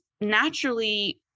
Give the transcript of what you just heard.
naturally